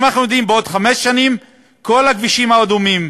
אם אנחנו יודעים שבעוד חמש שנים כל הכבישים האדומים,